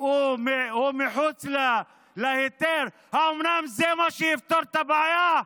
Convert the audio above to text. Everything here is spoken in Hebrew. הוא מחוץ להיתר, האומנם זה מה שיפתור את הבעיה?